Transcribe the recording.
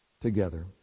together